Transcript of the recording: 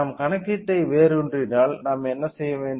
நாம் கணக்கீட்டை வேரூன்றினால் நாம் ஏன் செய்ய வேண்டும்